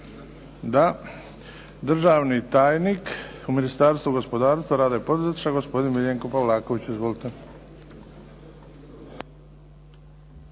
Da. Državni tajnik u Ministarstvu gospodarstva, rada i poduzetništva, gospodin Miljenko Pavlaković. Izvolite.